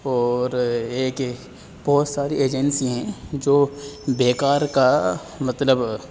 اور ایک بہت ساری ایجنسی ہیں جو بے کار کا مطلب